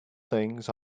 things